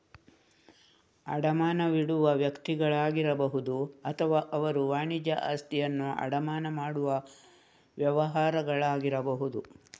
ಅಡಮಾನವಿಡುವ ವ್ಯಕ್ತಿಗಳಾಗಿರಬಹುದು ಅಥವಾ ಅವರು ವಾಣಿಜ್ಯ ಆಸ್ತಿಯನ್ನು ಅಡಮಾನ ಮಾಡುವ ವ್ಯವಹಾರಗಳಾಗಿರಬಹುದು